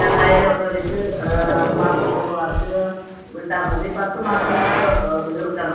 രണ്ടായിരം ഒക്കെ വച്ച് മാസം തോറും അടച്ച് വിട്ടാൽമതി പത്ത് മാസം കൊണ്ട് തീർക്കണം